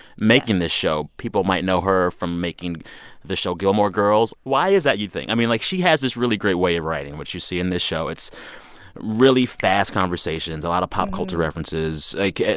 making this show. people might know her from making the show gilmore girls. why is that, you think? i mean, like, she has this really great way of writing, which you see in this show. it's really fast conversations, a lot of pop culture references. like,